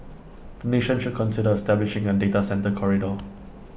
the nation should consider establishing A data centre corridor